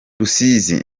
rusizi